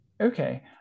Okay